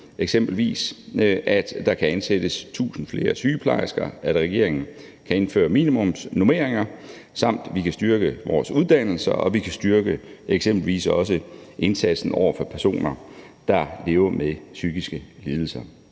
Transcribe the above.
eksempelvis, at der kan ansættes 1.000 flere sygeplejersker, at regeringen kan indføre minimumsnormeringer, samt at vi kan styrke vores uddannelser og eksempelvis også styrke indsatsen over for personer, der lever med psykiske lidelser.